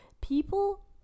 people